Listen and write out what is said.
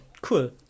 cool